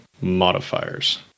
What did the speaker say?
modifiers